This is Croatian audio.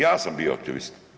Ja sam bio aktivist.